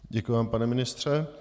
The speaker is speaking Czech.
Děkuji vám, pane ministře.